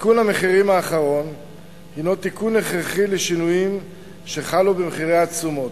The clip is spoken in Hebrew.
עדכון המחירים האחרון הינו תיקון הכרחי לשינויים שחלו במחירי התשומות.